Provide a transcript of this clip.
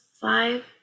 five